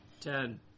Ten